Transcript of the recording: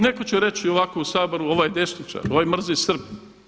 Netko će reći ovako u Saboru ovaj je desničar, ovaj mrzi Srbe.